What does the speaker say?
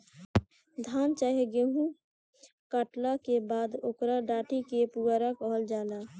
धान चाहे गेहू काटला के बाद ओकरा डाटी के पुआरा कहल जाला